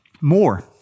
more